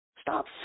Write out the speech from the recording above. Stop